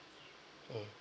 um